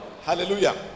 Hallelujah